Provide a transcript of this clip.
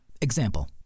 Example